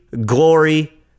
Glory